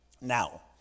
Now